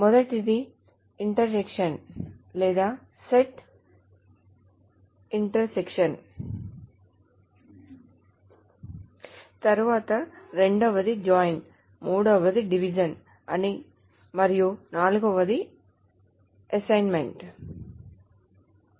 మొదటిది ఇంటర్సెక్షన్ లేదా set intersection తరువాత రెండవది జాయిన్ మూడవది డివిజన్ అని మరియు నాల్గవది అసైన్మెంట్